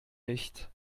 nicht